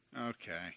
okay